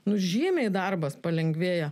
nu žymiai darbas palengvėja